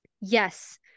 yes